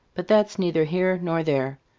but that's neither here nor there.